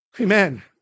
Amen